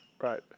Right